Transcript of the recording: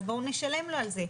אז בואו נשלם לו על זה.